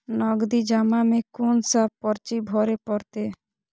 नगदी जमा में कोन सा पर्ची भरे परतें?